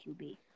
QB